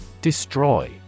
Destroy